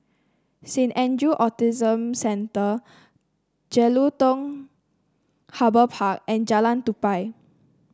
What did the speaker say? Saint Andrew Autism Centre Jelutung Harbour Park and Jalan Tupai